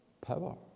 power